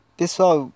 pessoal